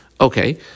Okay